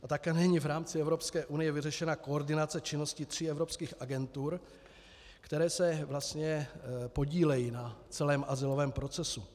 A také není v rámci Evropské unie vyřešena koordinace činnosti tří evropských agentur, které se vlastně podílejí na celém azylovém procesu.